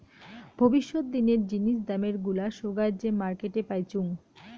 ভবিষ্যত দিনের জিনিস দামের গুলা সোগায় যে মার্কেটে পাইচুঙ